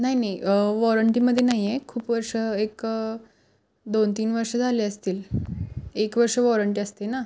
नाही नाही वॉरंटीमध्ये नाही आहे खूप वर्ष एक दोन तीन वर्ष झाले असतील एक वर्ष वॉरंटी असते ना